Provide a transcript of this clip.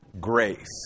grace